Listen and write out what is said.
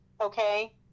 Okay